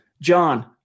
John